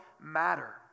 matter